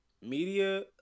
media